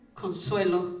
Consuelo